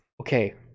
Okay